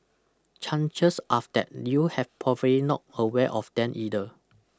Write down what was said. chances after that you have probably not aware of them either